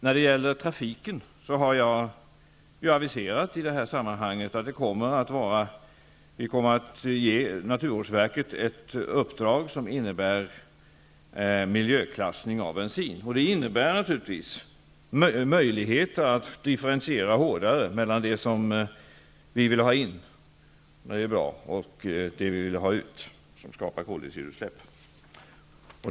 När det gäller trafiken har jag i detta sammanhang aviserat att vi kommer att ge naturvårdsverket ett uppdrag som innebär miljöklassning av bensin. Det innebär naturligtvis möjligheter att differentiera hårdare mellan det som vi vill ha in och det som vi vill ha ut, sådant som skapar koldioxidutsläpp.